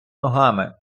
ногами